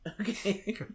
Okay